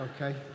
Okay